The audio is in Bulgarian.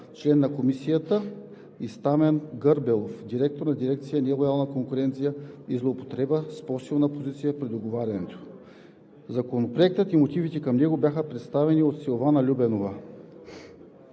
член на комисията, и Стамен Гърбелов – директор на дирекция „Нелоялна конкуренция и злоупотреба с по-силна позиция при договарянето“. Законопроектът и мотивите към него бяха представени от Силвана Любенова.